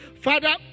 Father